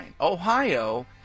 Ohio